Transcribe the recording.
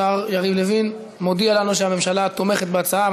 השר יריב לוין מודיע לנו שהממשלה תומכת בהצעה.